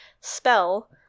spell